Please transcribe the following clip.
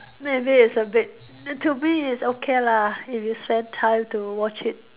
not everyday is a bit to me is okay lah if you spend time to watch it